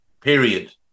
period